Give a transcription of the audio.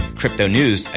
cryptonews